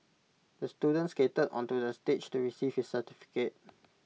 the student skated onto the stage to receive his certificate